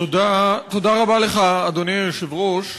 תודה רבה לך, אדוני היושב-ראש.